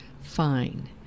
fine